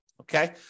Okay